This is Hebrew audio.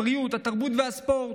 הבריאות והתרבות והספורט,